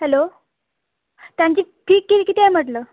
hello त्यांची fee की किती आहे म्हटलं